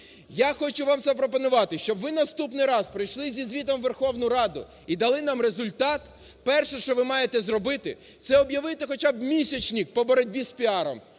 Я хочу вам запропонувати, щоб ви наступний раз прийшли зі звітом у Верховну Раду і дали нам результат. Перше, що ви маєте зробити, це об'явити хоча б місячник по боротьбі з піаром